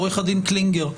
עו"ד קלינגר,